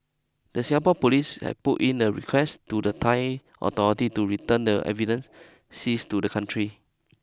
the Singapore police had put in a request to the Thai authority to return the evidence seized to the country